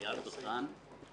איגוד הבנקים.